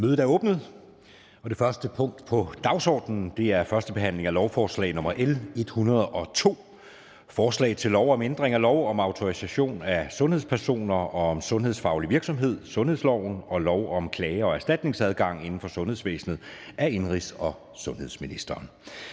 Mødet er åbnet. --- Det første punkt på dagsordenen er: 1) 1. behandling af lovforslag nr. L 102: Forslag til lov om ændring af lov om autorisation af sundhedspersoner og om sundhedsfaglig virksomhed, sundhedsloven og lov om klage- og erstatningsadgang inden for sundhedsvæsenet. (Skærpet straf